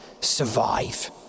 survive